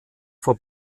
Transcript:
vor